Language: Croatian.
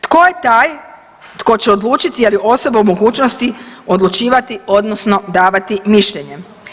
Tko je taj koji će odlučiti je li osoba u mogućnosti odlučivati, odnosno davati mišljenje?